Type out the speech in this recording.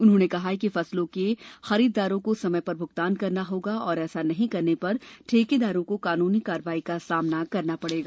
उन्होंने कहा कि फसलों के खरीदारों को समय पर भ्गतान करना होगा और ऐसा नहीं करने पर ठेकेदारों को कानूनी कार्रवाई का सामना करना पडेगा